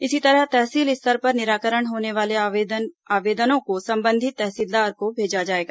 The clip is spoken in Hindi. इसी तरह तहसील स्तर पर निराकरण होने वाले आवेदनों को संबंधित तहसीलदार को भेजा जाएगा